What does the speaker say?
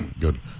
Good